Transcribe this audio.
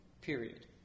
Period